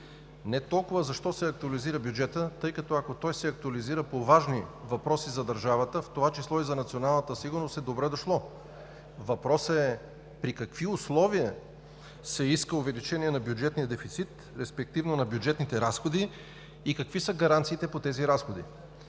не толкова защо се актуализира бюджетът, тъй като, ако той се актуализира по важни въпроси за държавата, в това число и за националната сигурност, е добре дошло. Въпросът е при какви условия се иска увеличение на бюджетния дефицит, респективно на бюджетните разходи и какви са гаранциите по тези разходи?